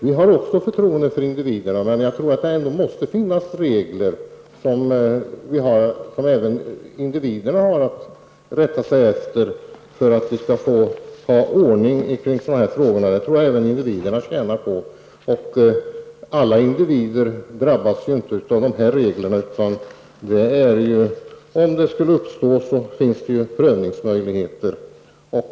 Vi har också förtroende för individen, men jag tror ändå att det måste finnas regler som individer får rätta sig efter för att vi skall kunna få ordning i den här typen av frågor. Det tror jag även att individerna tjänar på. Alla individer drabbas ju inte av dessa regler. Skulle svårigheter uppstå finns det ju prövningsmöjligheter.